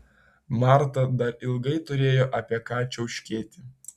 marta dar ilgai turėjo apie ką čiauškėti